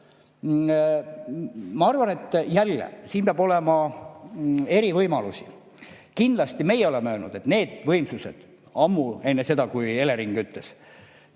Ma arvan, et jälle, siin peab olema eri võimalusi. Kindlasti, meie oleme öelnud, ammu enne seda, kui Elering ütles,